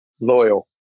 loyal